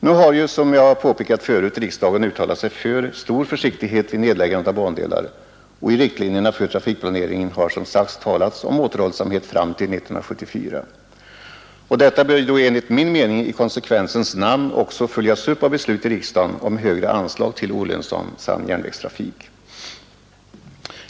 Nu har ju, som jag har påpekat förut, riksdagen uttalat sig för stor försiktighet vid nedläggandet av järnvägar och i riktlinjerna för trafik planeringen har som sagt talats om återhållsamhet fram till 1974. Detta bör enligt min mening i konsekvensens namn också följas av beslut i riksdagen om högre anslag till olönsam järnvägstrafik.